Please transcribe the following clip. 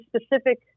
specific